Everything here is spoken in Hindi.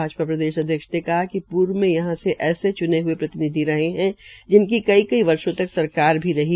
भाजपा प्रदेशाध्यक्ष ने कहा कि पूर्व में यहां से ऐसे च्ने हए प्रतिनिधि रहे हैं जिनकी कई कई वर्षो तक सरकार भी रहीं